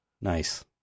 Nice